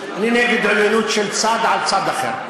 אני נגד עליונות של צד על צד אחר.